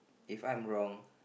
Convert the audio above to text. if I'm wrong